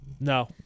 no